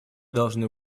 должны